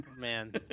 Man